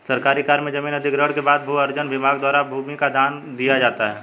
सरकारी कार्य में जमीन अधिग्रहण के बाद भू अर्जन विभाग द्वारा भूमि का दाम दिया जाता है